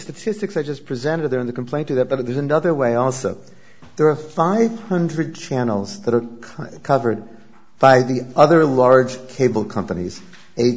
statistics i just presented there in the complaint to that but there's another way also there are five hundred channels that are covered by the other large cable companies